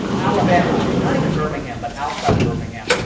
alabama i mean, not even birmingham, but outside of birmingham.